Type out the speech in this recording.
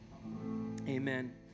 amen